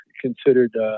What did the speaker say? considered